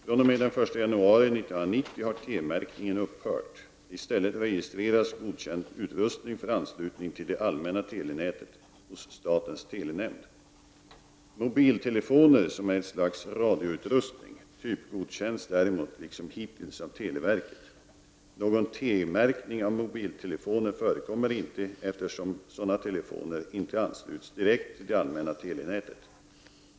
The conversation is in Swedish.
fr.o.m. den 1 januari 1990 har T-märkningen upphört. I stället registreras godkänd utrustning för anslutning till det allmänna telenätet hos statens telenämnd. Mobiltelefoner, som är ett slags radioutrustning, typgodkänns däremot, liksom hittills, av televerket. Någon T-märkning av mobiltelefoner förekommer inte eftersom sådana telefoner inte ansluts direkt till det allmänna telenätet.